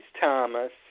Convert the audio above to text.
Thomas